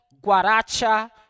guaracha